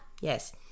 yes